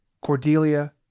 Cordelia